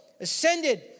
ascended